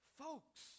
folks